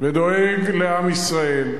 ודואג לעם ישראל,